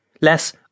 less